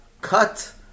cut